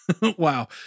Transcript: Wow